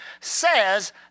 says